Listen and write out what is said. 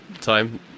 time